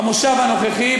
במושב הנוכחי,